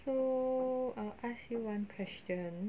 so I'll ask you one question